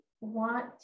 want